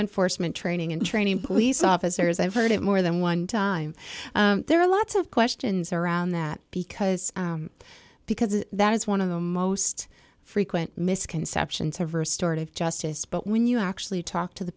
enforcement training and training police officers i've heard it more than one time there are lots of questions around that because because that is one of the most frequent misconceptions have restored of justice but when you actually talk to the